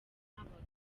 nk’abagabo